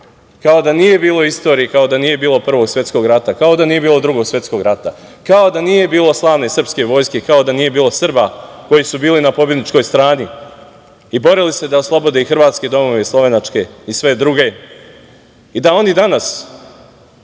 kao da nije bilo istorije, kao da nije bilo Prvog svetskog rata, kao nije bilo Drugog svetskog rata, kao da nije bilo slavne srpske vojske, kao da nije bilo Srba koji su bili na pobedničkoj strani i borili se da oslobode i hrvatske domove i slovenačke i sve druge i da oni danas